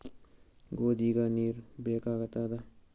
ಗೋಧಿಗ ನೀರ್ ಬೇಕಾಗತದ?